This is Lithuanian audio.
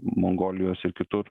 mongolijos ir kitur